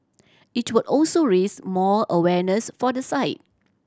it will also raise more awareness for the site